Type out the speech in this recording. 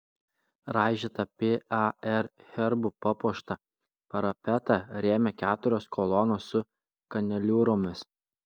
raižytą par herbu papuoštą parapetą rėmė keturios kolonos su kaneliūromis